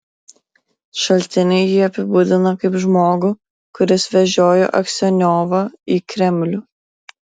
šaltiniai jį apibūdina kaip žmogų kuris vežiojo aksionovą į kremlių